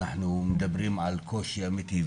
אנחנו מדברים על קושי אמיתי.